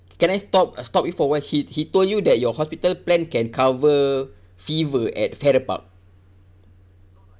can I stop uh stop you for awhile he he told you that your hospital plan can cover fever at farrer park